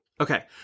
okay